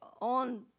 on